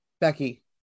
Becky